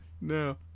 no